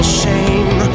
shame